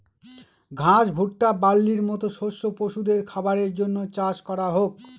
ঘাস, ভুট্টা, বার্লির মতো শস্য পশুদের খাবারের জন্য চাষ করা হোক